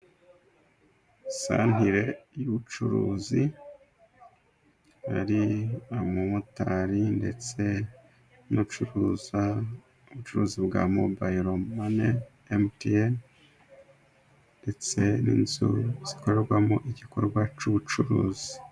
Santere y'ubucuruzi, hari umumotari ndetse n'ucuruza ubucuruzi bwa mobayiro mani emutiyeni, ndetse n'inzu zikorwamo igikorwa cy'ubucuruzi.